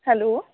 hello